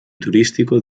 turístico